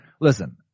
Listen